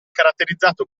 caratterizzato